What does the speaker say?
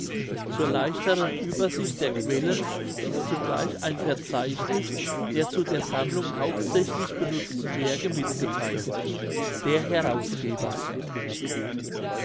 zur leichteren uebersicht der quellen ist zugleich ein verzeichniß der zu der sammlung hauptsächlich benutzten werke mitgetheilt der herausgeber